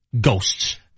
ghosts